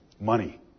Money